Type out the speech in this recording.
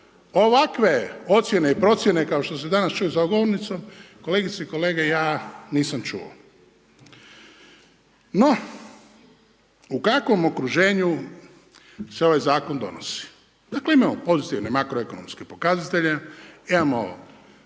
ovakve ocjene i procjene kao što se danas čuju sa ovom govornicom, kolegice i kolege ja nisam čuo. No, u kakvom okruženju se ovaj zakon donosi? Dakle imamo pozitivne makroekonomske pokazatelje. Imamo